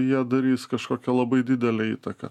jie darys kažkokią labai didelę įtaką